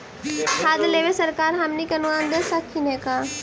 खाद लेबे सरकार हमनी के अनुदान दे सकखिन हे का?